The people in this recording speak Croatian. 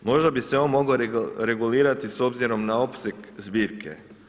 Možda bi se on mogao regulirati s obzirom na opseg zbirke.